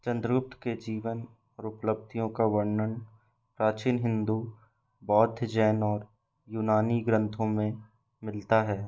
चंद्रगुप्त के जीवन और उपलब्धियों का वर्णन प्राचीन हिंदू बौद्ध जैन और यूनानी ग्रंथों में मिलता है